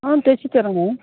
ஆ தச்சித் தர்றோங்க